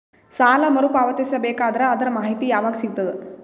ಸಾಲ ಮರು ಪಾವತಿಸಬೇಕಾದರ ಅದರ್ ಮಾಹಿತಿ ಯವಾಗ ಸಿಗತದ?